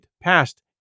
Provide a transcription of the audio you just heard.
passed